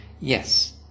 yes